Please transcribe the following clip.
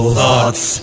thoughts